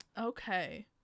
okay